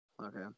Okay